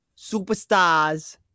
superstars